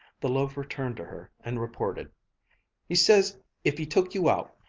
the loafer turned to her and reported he says if he took you out,